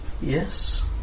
Yes